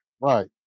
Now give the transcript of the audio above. Right